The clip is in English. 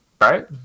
right